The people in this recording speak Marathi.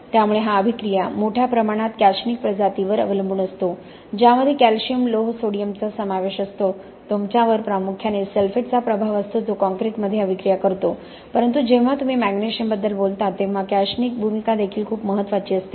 त्यामुळे हा अभिक्रिया मोठ्या प्रमाणात कॅशनिक प्रजातींवर अवलंबून असतो ज्यामध्ये कॅल्शियम लोह सोडियमचा समावेश असतो तुमच्यावर प्रामुख्याने सल्फेटचा प्रभाव असतो जो काँक्रीटमध्ये अभिक्रिया करतो परंतु जेव्हा तुम्ही मॅग्नेशियमबद्दल बोलतो तेव्हा कॅशनिक भूमिका देखील खूप महत्वाची असते